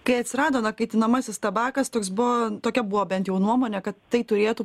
kai atsirado na kaitinamasis tabakas toks buvo tokia buvo bent jo nuomonė kad tai turėtų